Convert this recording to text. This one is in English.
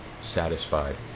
satisfied